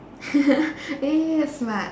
eh that's smart